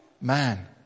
man